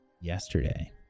yesterday